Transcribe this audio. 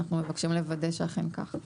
אנחנו מבקשים לוודא שאכן כך.